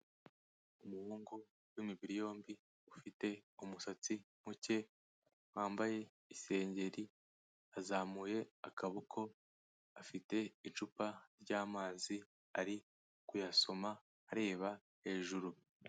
Umuhungu w'imibiri yombi ufite umusatsi muke, wambaye isengeri, azamuye akaboko, afite icupa ry'amazi ari kuyasoma areba hejuru.